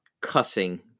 cussing